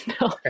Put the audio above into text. No